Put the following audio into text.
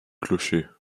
clochers